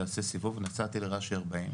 תעשה סיבוב' ונסעתי לרש"י 40,